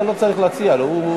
אתה לא צריך להציע לו.